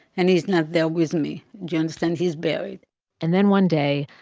and he's not there with me? do you understand? he's buried and then one day,